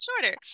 shorter